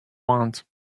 want